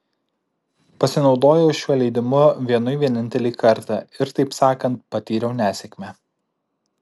pasinaudojau šiuo leidimu vienui vienintelį kartą ir taip sakant patyriau nesėkmę